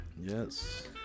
yes